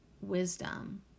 wisdom